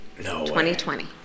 2020